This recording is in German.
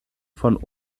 von